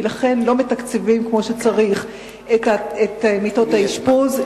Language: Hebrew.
כי לכן לא מתקצבים כמו שצריך את מיטות האשפוז,